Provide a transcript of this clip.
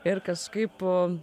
ir kažkaip